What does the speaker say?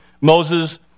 Moses